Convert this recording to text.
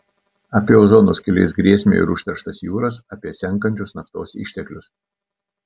apie ozono skylės grėsmę ir užterštas jūras apie senkančius naftos išteklius